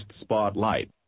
Spotlight